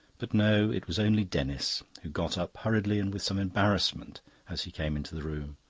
but no, it was only denis, who got up hurriedly and with some embarrassment as he came into the room.